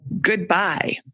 goodbye